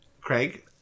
Craig